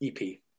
EP